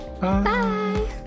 Bye